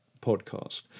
podcast